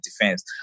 defense